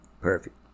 Perfect